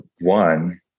one